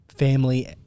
family